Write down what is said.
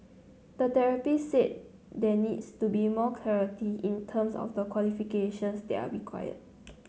a therapist said there needs to be more clarity in terms of the qualifications that are required